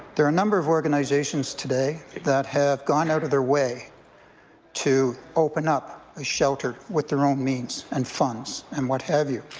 there are a number of organizations today that have gone out of their way to open up a shelter with their own means and funds and what have you.